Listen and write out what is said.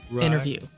interview